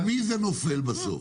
על מי זה נופל בסוף?